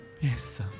Yes